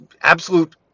absolute